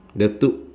the two